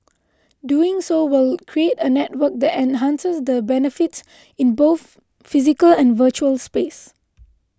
doing so will create a network that enhances the benefits in both physical and virtual space